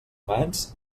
mans